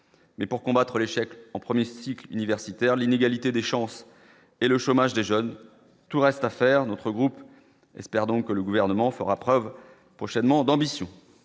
mais pour combattre l'échec en 1er cycle universitaire, l'inégalité des chances et le chômage des jeunes, tout reste à faire, notre groupe espère donc que le gouvernement fera preuve prochainement d'ambition,